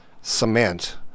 cement